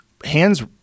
hands